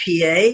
PA